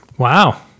Wow